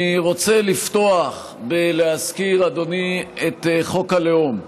אני רוצה לפתוח ולהזכיר, אדוני, את חוק הלאום,